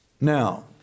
Now